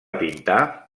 pintar